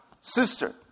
sister